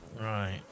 Right